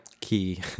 Key